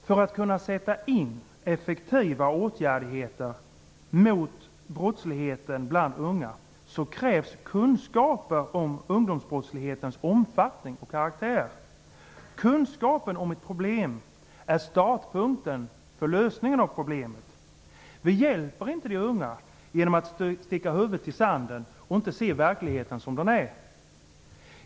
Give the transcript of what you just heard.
För att kunna sätt in effektiva åtgärder mot brottsligheten bland unga krävs kunskaper om ungdomsbrottslighetens omfattning och karaktär. Kunskapen om ett problem är startpunkten för lösningen av problemet. Vi hjälper inte de unga genom att sticka huvudet i sanden och inte se verkligheten som den är.